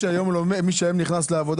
משיעורם באוכלוסייה